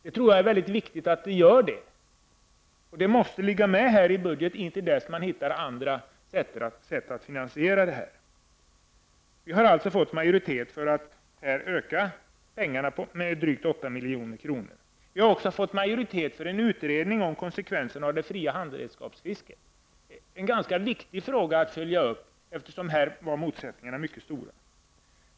Pengar för det ändamålet måste finnas med i budget intill dess man hittar andra finansieringsformer. Vi har fått majoritet för att öka anslaget med drygt 8 milj.kr. Vi har också fått majoritet för förslaget om en utredning av konsekvenserna för det fria handredskapsfisket. Det är en ganska viktig fråga att följa upp, eftersom motsättningarna här har varit mycket stora.